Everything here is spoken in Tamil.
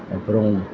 அப்புறம்